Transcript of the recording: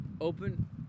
Open